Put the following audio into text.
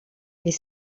mais